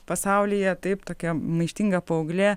pasaulyje taip tokia maištinga paauglė